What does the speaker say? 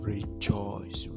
Rejoice